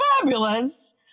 fabulous